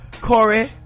Corey